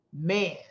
man